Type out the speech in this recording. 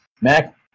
Mac